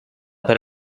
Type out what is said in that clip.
per